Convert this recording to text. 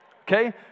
Okay